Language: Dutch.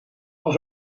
als